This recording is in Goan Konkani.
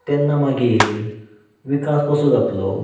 तेन्ना मागीर विकास कसो जातलो